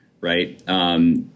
right